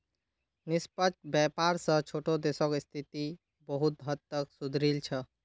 निष्पक्ष व्यापार स छोटो देशक स्थिति बहुत हद तक सुधरील छ